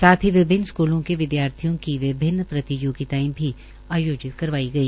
साथ ही विभिन्न स्कूलों के विद्यार्थियों की विभिन्न प्रतियोगिताएं भी आयोजित करवाई गई